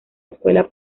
escuela